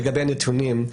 לגבי נתונים.